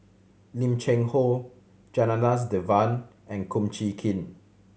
Lim Cheng Hoe Janadas Devan and Kum Chee Kin